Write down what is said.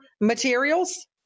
materials